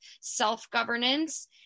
self-governance